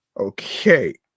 Okay